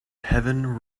heaven